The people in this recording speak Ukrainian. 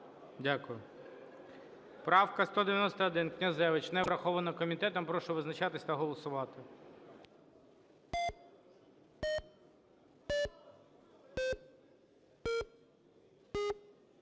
195 правка Князевича не врахована комітетом. Прошу визначатись та голосувати.